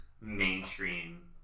mainstream